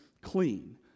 clean